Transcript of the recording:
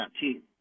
team